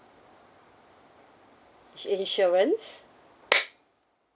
insurance